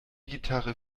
gitarre